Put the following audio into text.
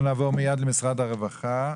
נעבור מייד למשרד הרווחה.